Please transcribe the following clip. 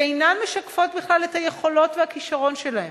שאינן משקפות בכלל את היכולות ואת הכשרון שלהם,